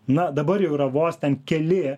na dabar jau yra vos ten keli